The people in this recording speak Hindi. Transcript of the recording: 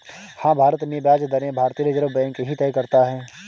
हाँ, भारत में ब्याज दरें भारतीय रिज़र्व बैंक ही तय करता है